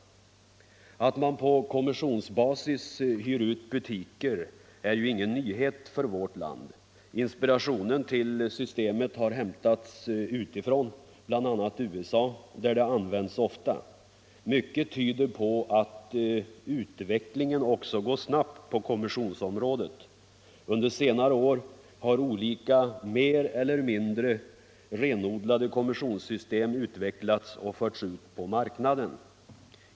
Att man på kommissionsbasis hyr ut butiker är ju ingen nyhet för vårt land. Inspirationen till systemet har hämtats utifrån, bl.a. USA, där det används ofta. Mycket tyder på att utvecklingen också går snabbt på kommissionsområdet. Under senare år har olika mer eller mindre renodlade kommissionssystem utvecklats och förts ut på marknaden.